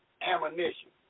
Ammunition